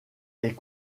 est